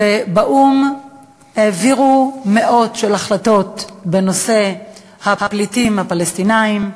שבאו"ם העבירו מאות החלטות בנושא הפליטים הפלסטינים,